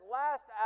last